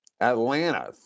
Atlanta